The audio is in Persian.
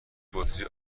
بطری